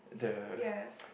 the